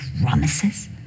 promises